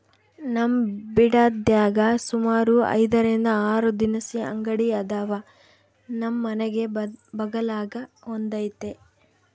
ನಮ್ ಬಿಡದ್ಯಾಗ ಸುಮಾರು ಐದರಿಂದ ಆರು ದಿನಸಿ ಅಂಗಡಿ ಅದಾವ, ನಮ್ ಮನೆ ಬಗಲಾಗ ಒಂದೈತೆ